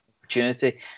opportunity